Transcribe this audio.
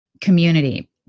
community